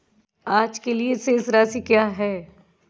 आज के लिए शेष राशि क्या है?